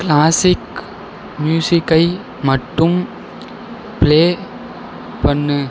classic மியூசிக்கை மட்டும் play பண்ணு